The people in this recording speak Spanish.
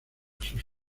sus